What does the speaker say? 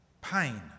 pain